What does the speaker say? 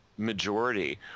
majority